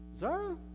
Zara